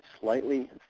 slightly